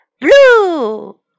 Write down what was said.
blue